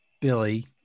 Billy